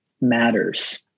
matters